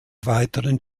weiteren